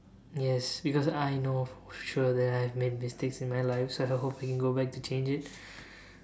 yes because I know for sure that I've made mistakes in my life so I hope I can go back to change it